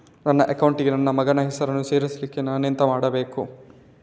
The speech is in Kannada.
ನನ್ನ ಅಕೌಂಟ್ ಗೆ ನನ್ನ ಮಗನ ಹೆಸರನ್ನು ಸೇರಿಸ್ಲಿಕ್ಕೆ ನಾನೆಂತ ಮಾಡಬೇಕು?